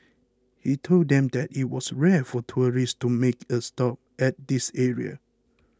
he told them that it was rare for tourists to make a stop at this area